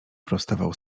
prostował